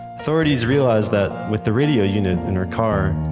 authorities realized that with the radio unit in her car,